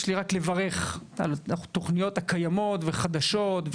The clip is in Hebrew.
יש לי רק לברך על התוכניות הקיימות והחדשות,